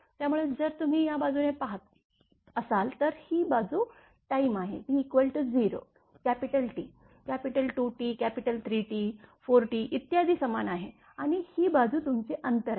त्यामुळे जर तुम्ही या बाजूने पाहत असाल तर ही बाजू टाईम आहे T0 capital T capital 2T capital 3T 4 T इत्यादी समान आहे आणि ही बाजू तुमचे अंतर आहे